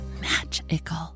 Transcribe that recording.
magical